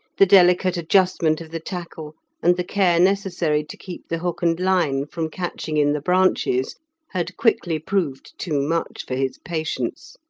the delicate adjustment of the tackle and the care necessary to keep the hook and line from catching in the branches had quickly proved too much for his patience.